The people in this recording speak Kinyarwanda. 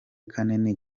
kanini